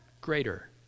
greater